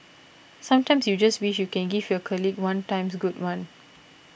sometimes you just wish you can give your colleague one times good one